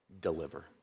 deliver